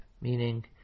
meaning